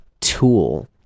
tool